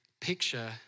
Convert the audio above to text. picture